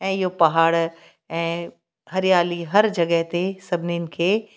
ऐं इहो पहाड़ ऐं हरियाली हर जॻह ते सभिनीनि खे